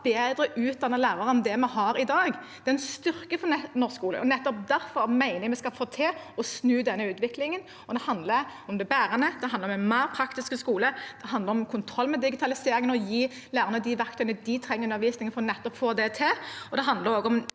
bedre utdannede lærere enn vi har i dag. Det er en styrke for norsk skole, og nettopp derfor mener jeg vi skal få til å snu denne utviklingen. Det handler om det bærende, det handler om en mer praktisk skole, det handler om kontroll på digitaliseringen og å gi lærerne de verktøyene de trenger i undervisningen for å få dette til. Det handler også om